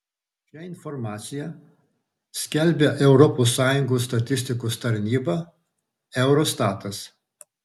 šią informaciją skelbia europos sąjungos statistikos tarnyba eurostatas